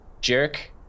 jerk